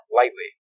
lightly